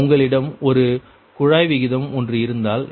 உங்களிடம் ஒரு குழாய் விகிதம் ஒன்று இருந்தால்